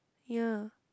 yea